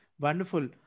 wonderful